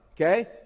okay